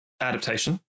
adaptation